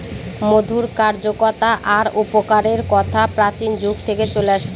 মধুর কার্যকতা আর উপকারের কথা প্রাচীন যুগ থেকে চলে আসছে